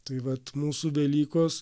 tai vat mūsų velykos